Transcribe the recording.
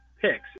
picks